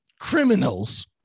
criminals